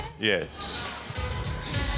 Yes